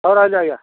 ହଉ ରହିଲି ଆଜ୍ଞା